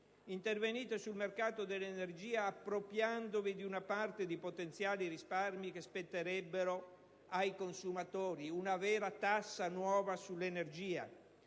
Intervenite sul mercato dell'energia appropriandovi di una parte di potenziali risparmi che spetterebbero ai consumatori: una vera nuova tassa sull'energia.